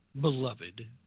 beloved